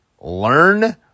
learn